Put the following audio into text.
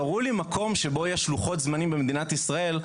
תראו לי מקום שבו יש לוחות זמנים במדינת ישראל,